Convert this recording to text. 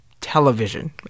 television